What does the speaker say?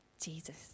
Jesus